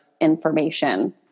information